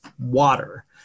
water